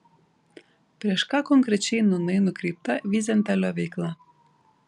prieš ką konkrečiai nūnai nukreipta vyzentalio veikla